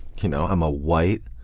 you know i'm a white,